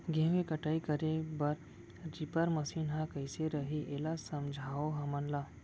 गेहूँ के कटाई करे बर रीपर मशीन ह कइसे रही, एला समझाओ हमन ल?